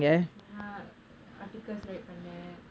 சும்மா:chumma articles write பண்ணே:pannae